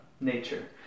nature